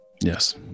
Yes